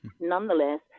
Nonetheless